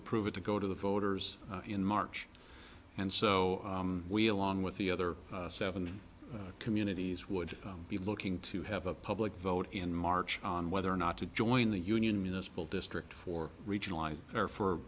approve it to go to the voters in march and so we along with the other seven communities would be looking to have a public vote in march on whether or not to join the union municipal district for regionalized or for